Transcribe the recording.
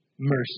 mercy